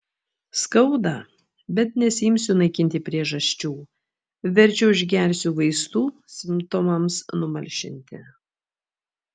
skauda bet nesiimsiu naikinti priežasčių verčiau išgersiu vaistų simptomams numalšinti